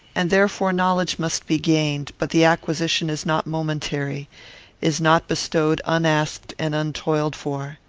and therefore knowledge must be gained, but the acquisition is not momentary is not bestowed unasked and untoiled for.